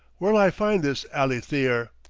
where'll i find this allytheer?